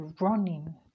running